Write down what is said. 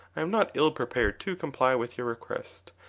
i am not ill-prepared to comply with your request,